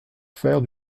faire